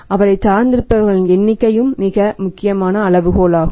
அவரைச் சார்ந்திருப்பவர்களின் எண்ணிக்கையும் மிக முக்கியமான அளவுகோலாகும்